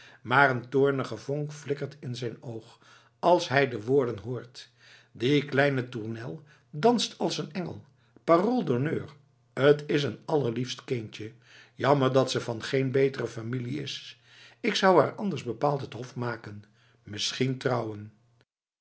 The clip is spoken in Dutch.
maar een toornige vonk flikkert in zijn oog als hij de woorden hoort die kleine tournel danst als een engel parole d'honneur t is een allerliefst kindje jammer dat ze van geen betere familie is ik zou haar anders bepaald t hof maken misschien trouwen